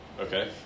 Okay